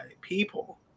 people